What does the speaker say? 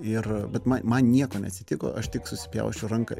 ir bet ma man nieko neatsitiko aš tik susipjausčiau ranką